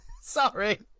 sorry